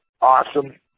awesome